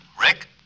Rick